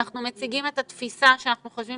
אנחנו מציגים את התפיסה שאנחנו חושבים